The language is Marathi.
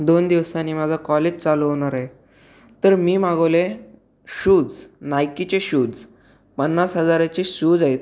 दोन दिवसांनी माझं कॉलेज चालू होणार आहे तर मी मागवले शूज नाईकीचे शूज पन्नास हजाराचे शूज आहे